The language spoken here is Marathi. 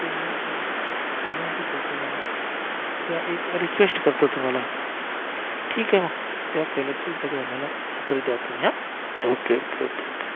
तुम्ही विनंती करतो म्हणा किंवा एक रिक्वेस्ट करतो तुम्हाला ठीक आहे मग त्या कैलासचीच गाडी आम्हाला मात्र द्या तुम्ही हां ओके ओके ओके ओके